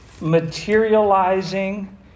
materializing